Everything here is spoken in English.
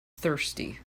thirsty